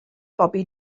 bobi